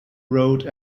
road